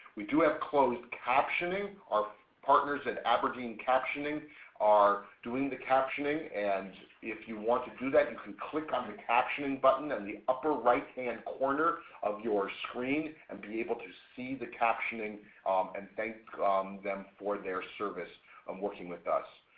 we do have closed captioning. our partners at aberdeen captioning are doing the captioning and if you want to to that you can click on the captioning button in the upper right hand corner of your screen and be able to see the captioning and thank them for their service um working with us.